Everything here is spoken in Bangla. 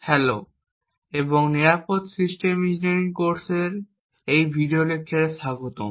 হ্যালো এবং নিরাপদ সিস্টেম ইঞ্জিনিয়ারিং কোর্সের এই ভিডিও লেকচারে স্বাগতম